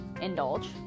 indulge